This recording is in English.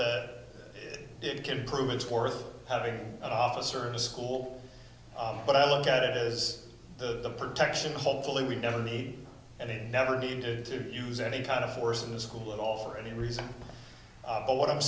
that it can prove it's worth having an office or a school but i look at it is the protection hopefully we never the and it never needed to use any kind of force in the school at all for any reason but what i'm